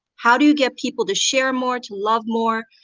how do you get people to share more, to love more,